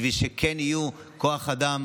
בשביל שכן יהיו כוח אדם,